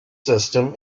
system